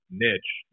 niche